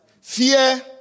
fear